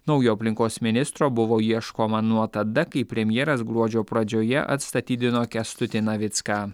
naujo aplinkos ministro buvo ieškoma nuo tada kai premjeras gruodžio pradžioje atstatydino kęstutį navicką